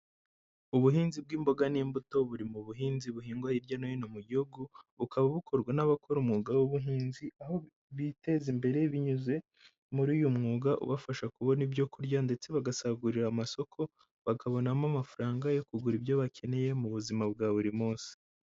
Ubuhinzi bw'imboga n'imbuto buri mu buhinzi buhingwa hirya no hino mu gihugu, bukaba bukorwa n'abakora umwuga w'ubuhinzi aho biteza imbere binyuze muri uyu mwuga ubafasha kubona ibyo kurya ndetse bagasagurira amasoko, bakabonamo amafaranga yo kugura ibyo bakeneye mu buzima bwa buri munsi.